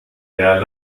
der